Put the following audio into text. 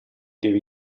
deve